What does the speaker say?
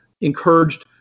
encouraged